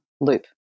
loop